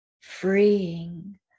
freeing